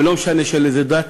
ולא משנה של איזה דת,